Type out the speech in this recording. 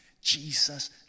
Jesus